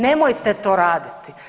Nemojte to raditi.